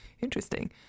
interesting